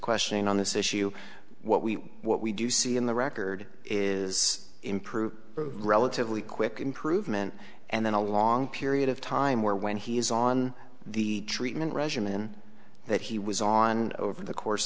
question on this issue what we what we do see in the record is improve relatively quick improvement and then a long period of time where when he is on the treatment regimen that he was on over the course